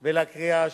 השלישית.